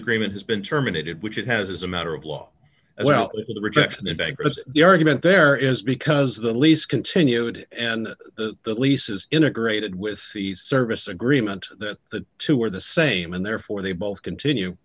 agreement has been terminated which it has as a matter of law as well as the rejection of bankruptcy the argument there is because the lease continued and the lease is integrated with the service agreement that the two are the same and therefore they both continue